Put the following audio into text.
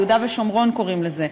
יהודה ושומרון קוראים לזה,